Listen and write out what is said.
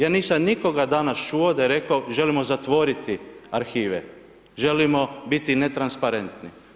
Ja nisam nikoga danas čuo, da je rekao, želimo zatvoriti arhive, želimo biti netransparentni.